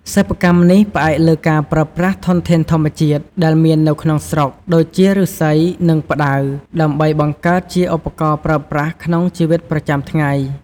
សិប្បកម្មនេះផ្អែកលើការប្រើប្រាស់ធនធានធម្មជាតិដែលមាននៅក្នុងស្រុក ដូចជាឬស្សី និងផ្តៅ ដើម្បីបង្កើតជាឧបករណ៍ប្រើប្រាស់ក្នុងជីវិតប្រចាំថ្ងៃ។